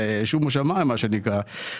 שומו שמיים מה שנקרא,